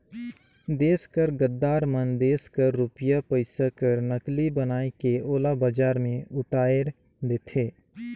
देस कर गद्दार मन देस कर रूपिया पइसा कर नकली बनाए के ओला बजार में उताएर देथे